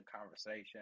conversation